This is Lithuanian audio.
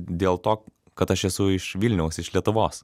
dėl to kad aš esu iš vilniaus iš lietuvos